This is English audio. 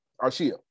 Arshia